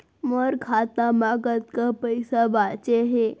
मोर खाता मा कतका पइसा बांचे हे?